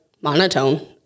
monotone